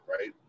right